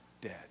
dead